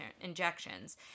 injections